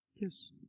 Yes